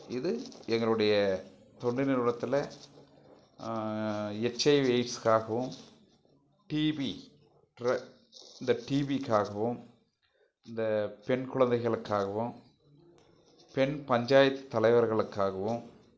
இது எங்களுடைய தொண்டு நிறுவனத்தில் எச்ஐவி எய்ட்ஸுக்காகவும் டீபி இந்த டீபிக்காகவும் இந்த பெண் குழந்தைகளுக்காகவும் பெண் பஞ்சாயத்து தலைவர்களுக்காகவும்